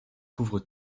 couvre